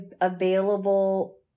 available